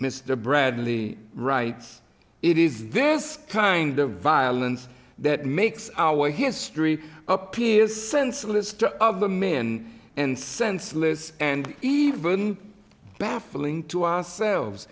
mr bradley writes it is this kind of violence that makes our history appears senseless of the men and senseless and even baffling to ourselves